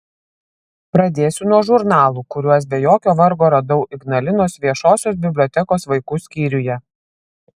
pradėsiu nuo žurnalų kuriuos be jokio vargo radau ignalinos viešosios bibliotekos vaikų skyriuje